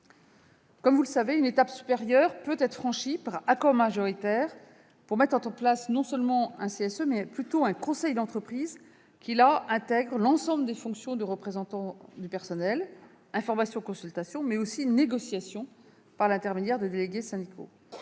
Comme vous le savez, une étape supérieure peut être franchie, par accord majoritaire, pour mettre en place un conseil d'entreprise qui intègre l'ensemble des fonctions de représentation du personnel- information, consultation, mais aussi négociation par l'intermédiaire des délégués syndicaux.